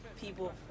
people